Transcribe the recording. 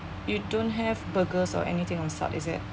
you don't have burgers or anything on salt is it